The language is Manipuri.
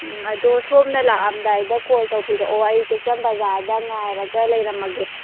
ꯑꯗꯣ ꯁꯣꯝꯅ ꯂꯥꯛꯑꯝꯗꯥꯏꯗ ꯀꯣꯜ ꯇꯧꯕꯤꯔꯛꯑꯣ ꯑꯩ ꯇꯦꯛꯆꯝ ꯕꯖꯥꯔꯗ ꯉꯥꯏꯔꯒ ꯂꯩꯔꯝꯃꯒꯦ